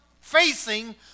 facing